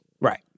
Right